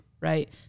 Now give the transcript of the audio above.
right